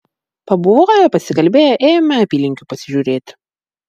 pabuvoję pasikalbėję ėjome apylinkių pasižiūrėti